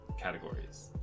categories